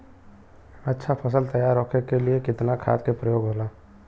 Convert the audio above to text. अच्छा फसल तैयार होके के लिए कितना खाद के प्रयोग होला?